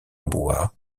bois